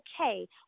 okay